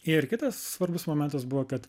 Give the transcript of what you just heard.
ir kitas svarbus momentas buvo kad